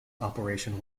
operational